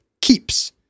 Keeps